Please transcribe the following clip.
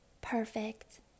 perfect